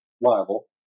liable